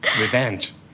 Revenge